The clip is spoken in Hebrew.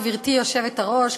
גברתי היושבת-ראש,